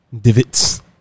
divots